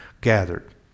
gathered